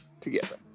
together